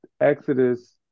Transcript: Exodus